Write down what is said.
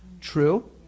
True